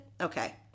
okay